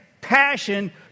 passion